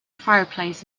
fireplace